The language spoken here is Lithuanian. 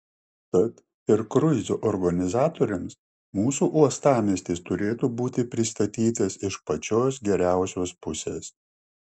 tad ir kruizų organizatoriams mūsų uostamiestis turėtų būti pristatytas iš pačios geriausios pusės